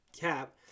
cap